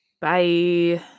Bye